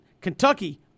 Kentucky